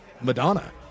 Madonna